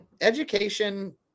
education